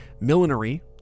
millinery